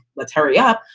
let's hurry up.